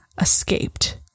escaped